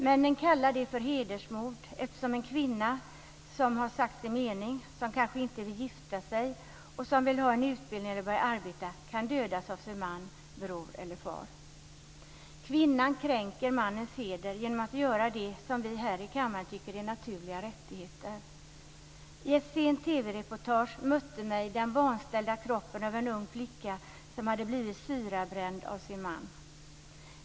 Männen kallar det för hedersmord, eftersom en kvinna som har sagt sin mening, som kanske inte vill gifta sig, som vill ha en utbildning eller börja arbeta, kan dödas av sin man, bror eller far. Kvinnan kränker mannens heder genom att göra det som vi här i kammaren tycker är naturliga rättigheter. I ett sent TV-reportage mötte mig den vanställda kroppen av en ung flicka som hade blivit syrabränd av sin man.